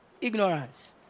Ignorance